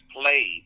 played